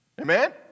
Amen